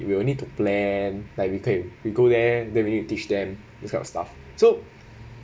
we will need to plan like okay we go there then we need to teach them this kind of stuff so